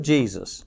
Jesus